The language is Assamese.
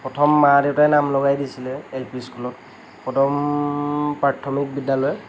প্ৰথম মা দেউতাই নাম লগাই দিছিলে এল পি স্কুলত কদম প্ৰাথমিক বিদ্যালয়